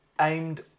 aimed